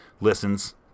listens